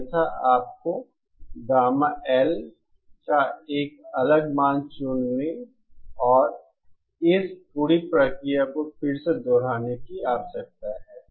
अन्यथा आपको gamma L का एक अलग मान चुनने और इस पूरी प्रक्रिया को फिर से दोहराने की आवश्यकता है